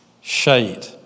shade